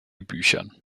büchern